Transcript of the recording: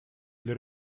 для